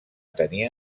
tenir